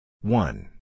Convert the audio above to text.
One